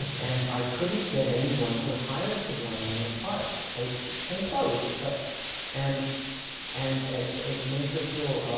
and i couldn't get anyone to hire sigourney in the part. they came close, but and and it made her feel